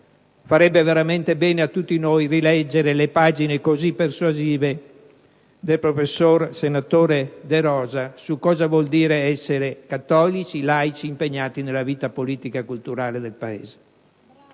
farebbe veramente bene a tutti noi rileggere le pagine così persuasive del professore senatore De Rosa su cosa vuol dire essere cattolici laici impegnati nella vita politica e culturale del Paese.